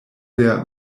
their